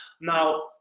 now